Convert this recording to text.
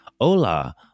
hola